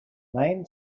main